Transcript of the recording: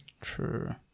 True